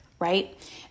right